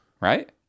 right